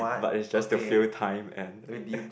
but it's just to fill time and